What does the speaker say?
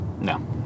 No